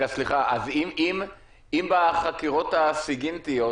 אז בחקירות הסיגינטיות,